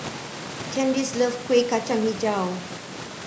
Candis love Kueh Kacang Hijau